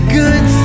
good